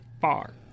far